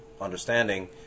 understanding